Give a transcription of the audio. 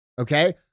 Okay